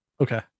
Okay